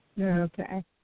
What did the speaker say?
Okay